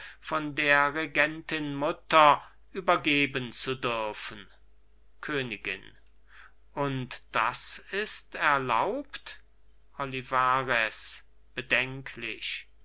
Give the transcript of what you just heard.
von der regentin mutter übergeben zu dürfen königin und das ist erlaubt olivarez bedenklich